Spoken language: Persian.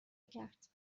کرد